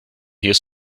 here